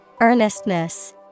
Earnestness